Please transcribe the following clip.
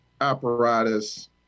apparatus